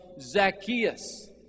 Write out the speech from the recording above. Zacchaeus